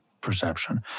perception